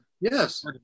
Yes